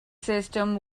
system